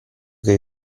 che